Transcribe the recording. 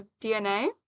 DNA